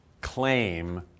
claim